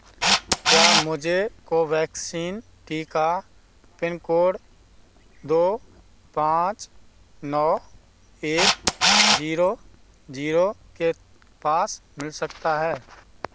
क्या मुझे कोवैक्सीन टीका पिन कोड दो पाँच नौ एक जीरो जीरो के पास मिल सकता है